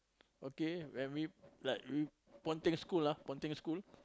okay and we like we ponteng school ah ponteng school